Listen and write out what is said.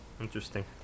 interesting